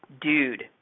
Dude